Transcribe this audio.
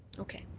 okay.